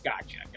gotcha